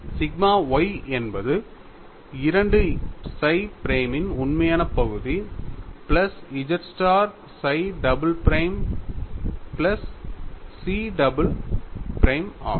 sigma y என்பது 2 psi பிரைமின் உண்மையான பகுதி plus z star psi double prime plus chi double ஆகும்